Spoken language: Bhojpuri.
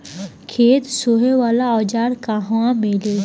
खेत सोहे वाला औज़ार कहवा मिली?